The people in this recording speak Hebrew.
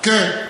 כן.